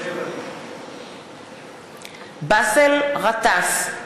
מתחייב אני באסל גטאס,